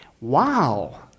wow